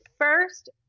first